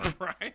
Right